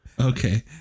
Okay